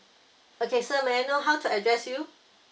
okay sir may I know how to address you